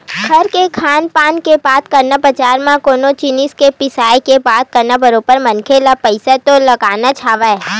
घर के खान पान के बात करन बजार म कोनो जिनिस के बिसाय के बात करन बरोबर मनखे ल पइसा तो लगानाच हवय